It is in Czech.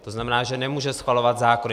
To znamená, že nemůže schvalovat zákony.